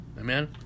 Amen